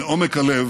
מעומק הלב,